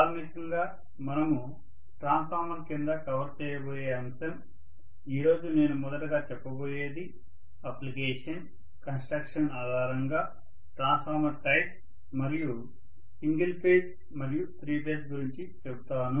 ప్రాథమికంగా మనము ట్రాన్స్ఫార్మర్ కింద కవర్ చేయబోయే అంశం ఈ రోజు నేను మొదటగా చెప్పబోయేది అప్లికేషన్ కన్స్ట్రక్షన్ ఆధారంగా ట్రాన్స్ఫార్మర్స్ టైప్స్ మరియు సింగిల్ ఫేజ్ మరియు త్రీ ఫేజ్ గురించి చెప్తాను